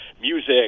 music